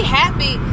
happy